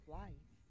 life